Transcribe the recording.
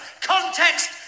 Context